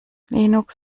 linux